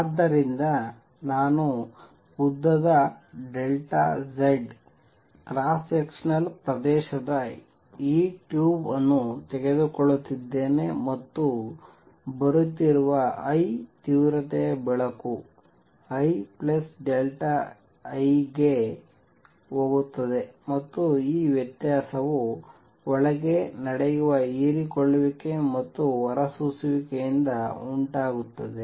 ಆದ್ದರಿಂದ ನಾನು ಉದ್ದದ Z ಕ್ರಾಸ್ ಸೆಕ್ಷನಲ್ ಪ್ರದೇಶದ ಈ ಟ್ಯೂಬ್ ಅನ್ನು ತೆಗೆದುಕೊಳ್ಳುತ್ತಿದ್ದೇನೆ ಮತ್ತು ಬರುತ್ತಿರುವ I ತೀವ್ರತೆಯ ಬೆಳಕು II ಗೆ ಹೋಗುತ್ತದೆ ಮತ್ತು ವ್ಯತ್ಯಾಸವು ಒಳಗೆ ನಡೆಯುವ ಹೀರಿಕೊಳ್ಳುವಿಕೆ ಮತ್ತು ಹೊರಸೂಸುವಿಕೆಯಿಂದ ಉಂಟಾಗುತ್ತದೆ